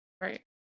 right